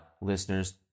listeners